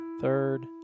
third